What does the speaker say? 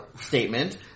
statement